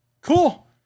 cool